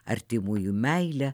artimųjų meilę